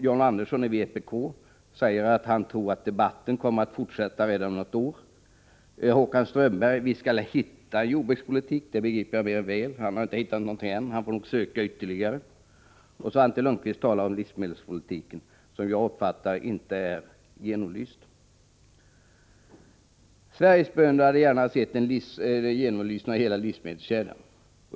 John Andersson i vpk säger att han tror att debatten kommer att fortsätta redan om något år. Håkan Strömberg talar om att vi skall ”hitta” en jordbrukspolitik. Det förstår jag mer än väl. Han har inte hittat någon än, och han får nog söka ytterligare. Och Svante Lundkvist talar om livsmedelspolitiken, men jag uppfattar det så att den inte är genomlyst. Sveriges bönder hade gärna sett att vi fått en genomlysning av hela livsmedelskedjan.